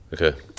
Okay